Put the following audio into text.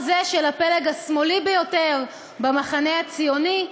או זה של הפלג השמאלי ביותר במחנה הציוני,